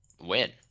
win